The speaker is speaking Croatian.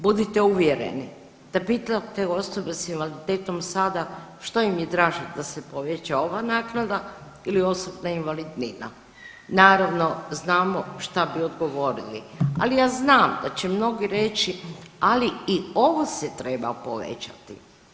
Budite uvjereni, da pitate osobe s invaliditetom sada što im je draže da se poveća, ova naknada ili osobna invalidnina, naravno, znamo šta bi odgovorili, ali ja znam da će mnogi reći, ali i ovo se treba povećati.